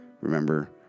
remember